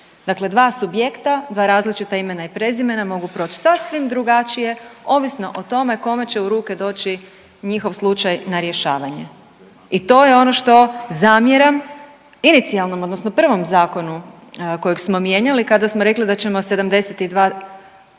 Dakle, 2 subjekta, 2 različita imena i prezimena mogu proći sasvim drugačije ovisno o tome kome će u ruke doći njihov slučaj na rješavanje. I to je ono što zamjeram inicijalnom, odnosno prvom zakonu kojeg smo mijenjali kada smo rekli da ćemo 72